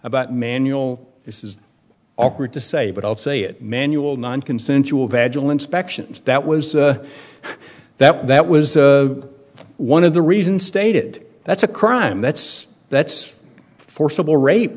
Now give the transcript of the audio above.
about manual this is awkward to say but i'll say it manual nonconsensual vegetal inspections that was a that that was one of the reason stated that's a crime that's that's forcible rape